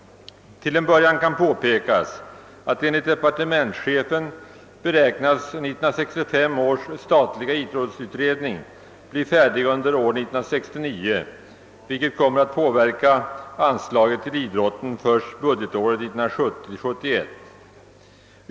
Till en början kan påpekas, att enligt departementschefen beräknas 1965 års statliga idrottsutredning bli färdig under år 1969, vilket kommer att påverka anslagen till idrotten först budgetåret 1970/71.